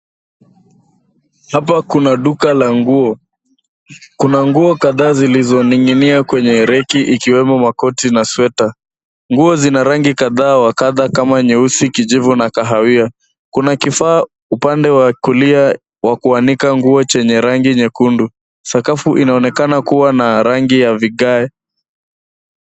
Hapa kuna duka la nguo, kuna nguo kadhaa zilizoning'inia kwenye reki ikiwemo makoti na sweta. Nguo zina rangi kadhaa wa kadha kama nyeusi, kijivu na kahawia. Kuna kifaa upande wa kulia wa kuanika nguo chenye rangi nyekundu. Sakafu inaonekana kuwa na rangi ya vigae.